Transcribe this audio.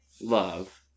love